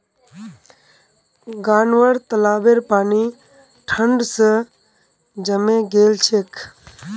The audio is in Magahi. गांउर तालाबेर पानी ठंड स जमें गेल छेक